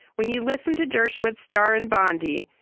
when you listen to dershowitz, starr and bondi,